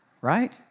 right